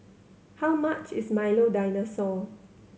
how much is Milo Dinosaur